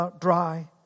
dry